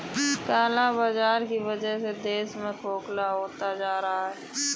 काला बाजार की वजह से देश खोखला होता जा रहा है